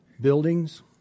Buildings